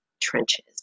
Trenches